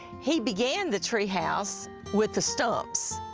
he began the treehouse with the stumps,